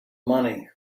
money